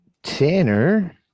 Tanner